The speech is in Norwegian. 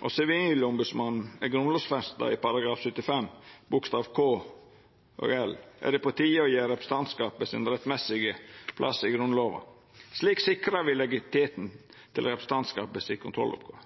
og Sivilombodsmannen er grunnlovfesta i § 75 bokstav k og l, er det på tide å gje representantskapet sin rettmessige plass i Grunnlova. Slik sikrar me legitimiteten til representantskapet si kontrolloppgåve.